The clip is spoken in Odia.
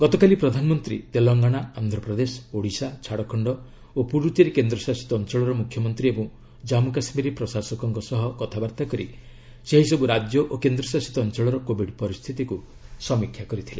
ଗତକାଲି ପ୍ରଧାନମନ୍ତ୍ରୀ ତେଲଙ୍ଗାନା ଆନ୍ଧ୍ରପ୍ରଦେଶ ଓଡ଼ିଶା ଝାଡ଼ଖଣ୍ଡ ଓ ପୁଡ଼ୁଚେରୀ କେନ୍ଦ୍ରଶାସିତ ଅଞ୍ଚଳର ମୁଖ୍ୟମନ୍ତ୍ରୀ ଏବଂ ଜାନ୍ଷୁ କାଶ୍ମୀର ପ୍ରଶାସକଙ୍କ ସହ କଥାବାର୍ତ୍ତା କରି ସେହିସବୁ ରାଜ୍ୟ ଓ କେନ୍ଦ୍ରଶାସିତ ଅଞ୍ଚଳର କୋବିଡ୍ ପରିସ୍ଥିତିକୁ ସମୀକ୍ଷା କରିଥିଲେ